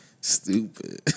Stupid